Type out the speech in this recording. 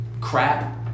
crap